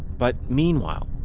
but meanwhile,